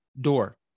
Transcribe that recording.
door